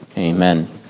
Amen